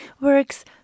works